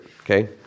okay